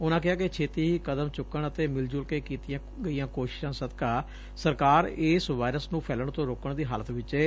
ਉਨਾਂ ਕਿਹਾ ਕਿ ਛੇਤੀ ਹੀ ਕਦਮ ਚੁੱਕਣ ਅਤੇ ਮਿਲਜੁਲ ਕੇ ਕੀਤੀਆਂ ਗਈਆ ਕੋਸ਼ਿਸਾਂ ਸਦਕਾ ਸਰਕਾਰ ਇਸ ਵਾਇਰਸ ਨੰ ਫੈਲਣ ਤੋ ਰੋਕਣ ਦੀ ਹਾਲਤ ਵਿਚ ਏ